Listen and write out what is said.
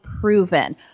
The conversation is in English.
proven